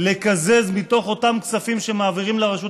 לקזז מתוך אותם כספים שמעבירים לרשות